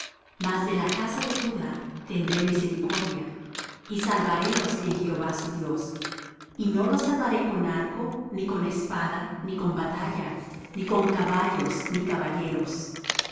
mas de la casa de judá tendré misericordia y salvarélos en jehová su dios y no los salvaré con arco ni con espada ni con batalla ni con caballos ni caballeros y